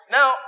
Now